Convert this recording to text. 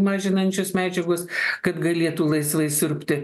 mažinančios medžiagos kad galėtų laisvai siurbti